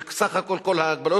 של סך המוגבלים,